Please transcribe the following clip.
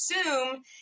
assume